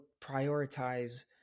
prioritize